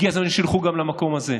הגיע הזמן שילכו גם למקום הזה.